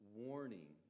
warning